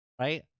right